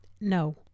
No